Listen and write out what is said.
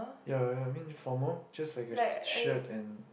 ya I mean formal just like a shirt and